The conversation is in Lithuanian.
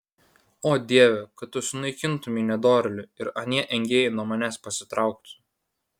o dieve kad tu sunaikintumei nedorėlį ir anie engėjai nuo manęs pasitrauktų